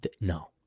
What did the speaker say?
No